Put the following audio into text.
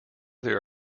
there